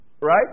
right